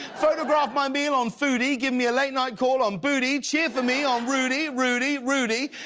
photograph my meal on foodie. give me a late night call on booty. cheer for me on rudy, rudy, rudy!